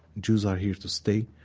jews are here to stay,